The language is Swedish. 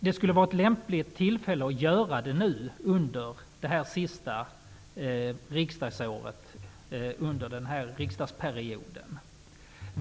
Det skulle vara ett lämpligt tillfälle att göra detta nu, under det sista riksdagsåret under den här valperioden.